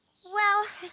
well,